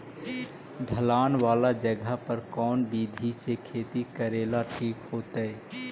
ढलान वाला जगह पर कौन विधी से खेती करेला ठिक होतइ?